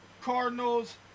Cardinals